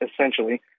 essentially